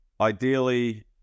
ideally